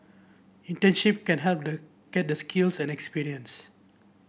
internship can help them get the skills and experience